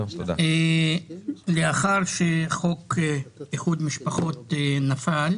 לאחר שחוק איחוד משפחות נפל,